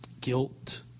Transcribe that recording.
guilt